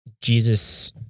Jesus